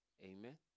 Amen